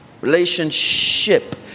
Relationship